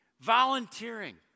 volunteering